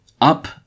Up